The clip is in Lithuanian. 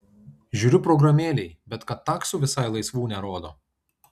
žiūriu programėlėj bet kad taksų visai laisvų nerodo